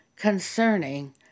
concerning